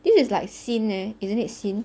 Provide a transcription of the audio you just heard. this is like scene eh isn't it scene